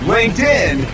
LinkedIn